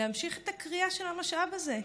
להמשיך את הכרייה של המשאב הזה.